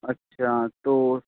अच्छा तो